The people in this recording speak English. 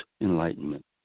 enlightenment